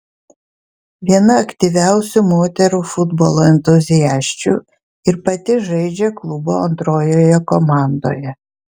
viena aktyviausių moterų futbolo entuziasčių ir pati žaidžia klubo antrojoje komandoje